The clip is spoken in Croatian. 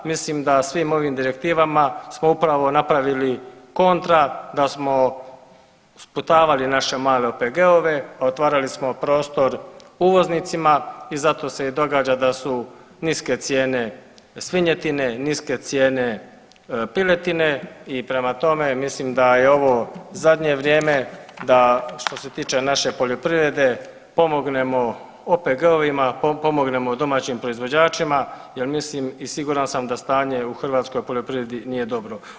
Mislim da svim ovim direktivama smo upravo napravili kontra, da smo sputavali naše male OPG-ove, a otvarali smo prostor uvoznicima i zato se i događa da su niske cijene svinjetine, niske cijene piletine i prema tome mislim da je ovo zadnje vrijeme da što se tiče naše poljoprivrede pomognemo OPG-ovima, pomognemo domaćim proizvođačima jel mislim i siguran sam da stanje u hrvatskoj poljoprivredi nije dobro.